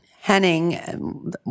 Henning